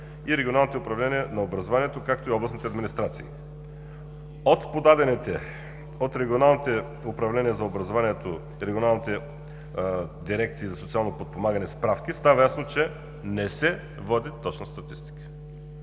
и регионалните управления на образованието, както и областните администрации. От подадените от регионалните управления за образованието и от регионалните дирекции за социално подпомагане справки става ясно, че не се води точна статистика.